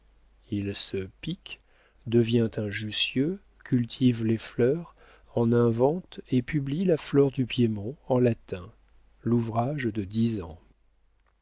il se pique devient un jussieu cultive les fleurs en invente et publie la flore du piémont en latin l'ouvrage de dix ans